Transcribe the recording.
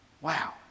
wow